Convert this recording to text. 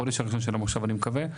החודש הראשון של המושב אני מקווה.